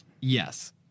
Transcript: Yes